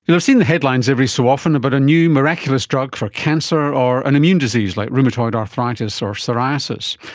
you've seen the headlines every so often about a new miraculous drug for cancer or an immune disease like rheumatoid arthritis or psoriasis.